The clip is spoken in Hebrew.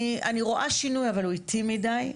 אני רואה שינוי, אבל הוא איטי מדי.